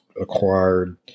acquired